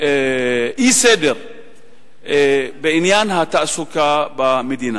אי-סדר בעניין התעסוקה במדינה.